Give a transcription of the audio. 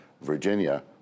virginia